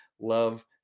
Love